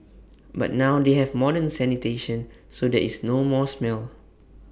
but now they have modern sanitation so there is no more smell